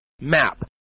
map